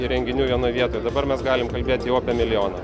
įrenginių vienoj vietoj dabar mes galim kalbėt jau apie milijoną